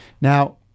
Now